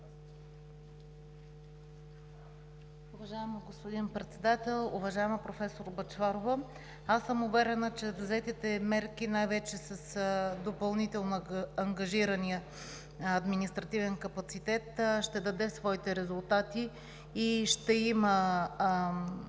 Уважаеми господин Председател, уважаема професор Бъчварова! Аз съм уверена, че взетите мерки, най-вече с допълнително ангажирания административен капацитет, ще даде своите резултати и ще има